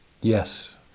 Yes